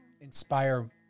inspire